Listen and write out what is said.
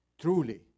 truly